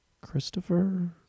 Christopher